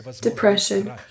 depression